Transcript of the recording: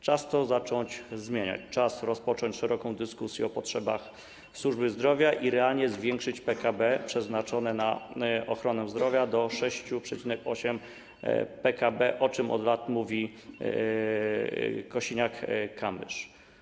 Czas to zacząć zmieniać, czas rozpocząć szeroką dyskusję o potrzebach służby zdrowia i realnie zwiększyć PKB przeznaczone na ochronę zdrowia do 6,8% PKB, o czym od lat mówi Kosiniak-Kamysz.